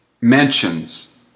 mentions